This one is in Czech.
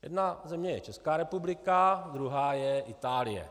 Jedna země je Česká republika, druhá je Itálie.